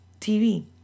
TV